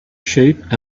sheep